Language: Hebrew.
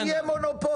אין בעיה שיהיה מונופול.